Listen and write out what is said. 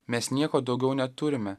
mes nieko daugiau neturime